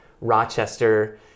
Rochester